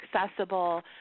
accessible